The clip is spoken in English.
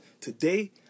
Today